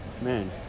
Man